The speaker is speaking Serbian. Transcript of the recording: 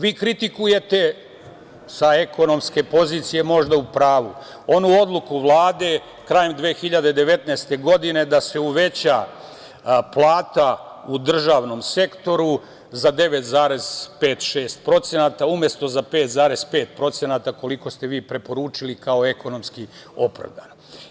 Vi kritikujete, sa ekonomske pozicije možda u pravu, onu odluku Vlade krajem 2019. godine, da se uveća plata u državnom sektoru za 9,5% ili 9,6%, umesto za 5,5% koliko ste vi preporučili kao ekonomski opravdano.